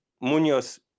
Munoz